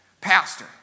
Pastor